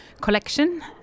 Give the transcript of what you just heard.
collection